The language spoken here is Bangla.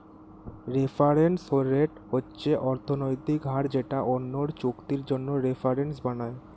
রেফারেন্স রেট হচ্ছে অর্থনৈতিক হার যেটা অন্য চুক্তির জন্য রেফারেন্স বানায়